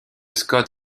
scott